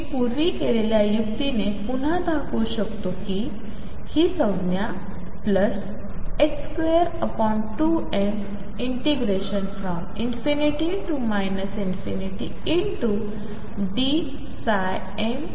मी पूर्वी केलेल्या युक्तीने पुन्हा दाखवू शकतो की ही संज्ञा 22m ∞dmdxdndxdx इतकी आहे